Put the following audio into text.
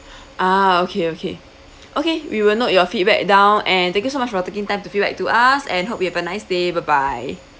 ah okay okay okay we will note your feedback down and thank you so much for taking time to feedback to us and hope you have a nice day bye bye